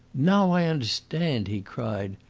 now i understand! he cried.